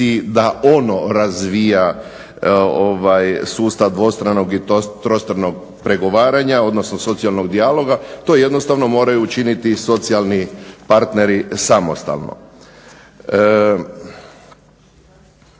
da ono razvija sustav dvostranog i trostranog pregovaranja, odnosno socijalnog dijaloga. To jednostavno moraju učiniti socijalni partneri samostalno.